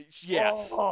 Yes